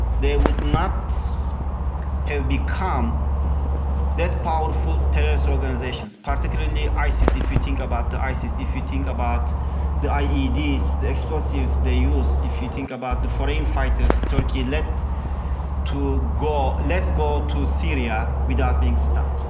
they would not have become that powerful terrorist organizations, particularly isis, if you think about the isis, if you think about the ieds, the explosives they used, if you think about the foreign fighters turkey let to go let go to syria without being stopped.